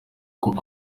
kuko